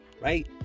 right